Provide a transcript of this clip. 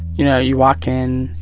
you know, you walk in,